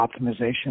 optimization